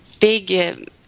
big